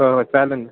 हो हो चालेल ना